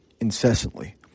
incessantly